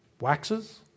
waxes